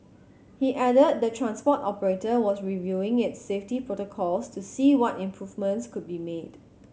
he added the transport operator was reviewing its safety protocols to see what improvements could be made